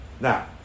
Now